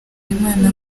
imana